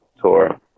tour